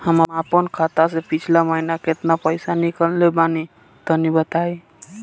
हम आपन खाता से पिछला महीना केतना पईसा निकलने बानि तनि बताईं?